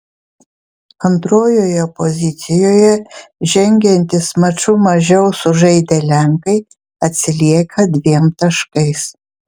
antrojoje pozicijoje žengiantys maču mažiau sužaidę lenkai atsilieka dviem taškais